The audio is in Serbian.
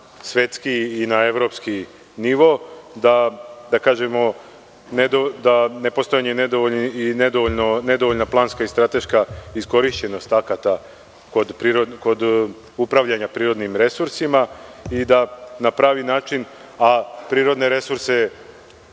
svetski i na evropski nivo, da kažemo da postoji nedovoljno planske i strateške iskorišćenosti akata kod upravljanja prirodnim resursima, a prirodne resurse